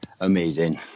Amazing